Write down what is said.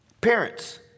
Parents